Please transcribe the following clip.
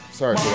sorry